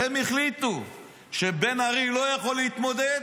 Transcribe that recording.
הם החליטו שבן ארי לא יכול להתמודד -- נכון,